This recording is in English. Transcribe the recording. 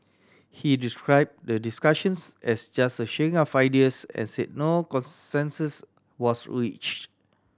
he described the discussions as just a sharing of ideas and said no consensus was reached